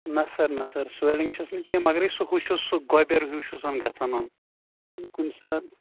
نہ سَر نہ sir swelling چھَس نہٕ کینٛہہ مگر یہِ سُہ ہُہ چھُس گۄبیٚر ہیٛوٗ چھُس زَن گَژھَان حظ کُنہِ کُنہِ ساتہٕ